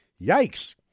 yikes